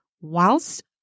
whilst